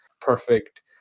perfect